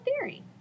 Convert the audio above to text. theory